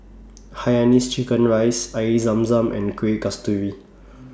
Hainanese Chicken Rice Air Zam Zam and Kueh Kasturi